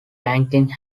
banking